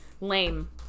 lame